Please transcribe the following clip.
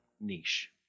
niche